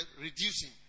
reducing